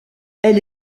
elle